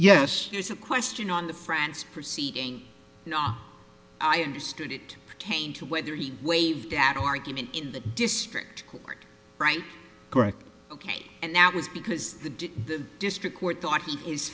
yes here's a question on the france proceeding no i understood it pertained to whether he waived at argument in the district court right correct ok and that was because the did the district court thought he is